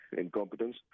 incompetence